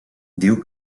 diu